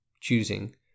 choosing